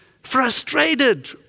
frustrated